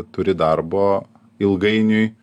turi darbo ilgainiui